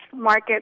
market